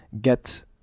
get